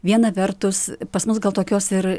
viena vertus pas mus gal tokios ir